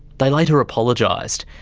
they later apologised,